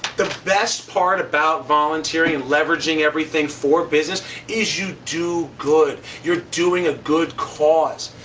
the best part about volunteering and leveraging everything for business is you do good. you're doing a good course.